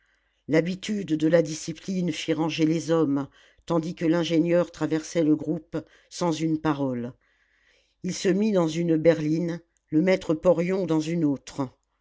l'habitude de la discipline fit ranger les hommes tandis que l'ingénieur traversait le groupe sans une parole il se mit dans une berline le maître porion dans une autre